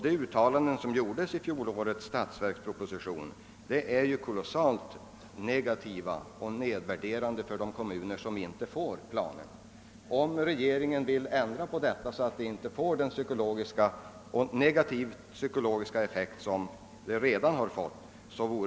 De uttalanden som gjordes i fjolårets statsverksproposition är kolossalt negativa och nedvärderande för de kommuner som inte får möjlighet till sådan planering. Det vore utomordentligt bra om regeringen ändrade uppfattning i detta avseende, så att vi kan undvika en sådan negativ psykologisk effekt som redan inträtt i vissa fall.